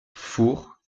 four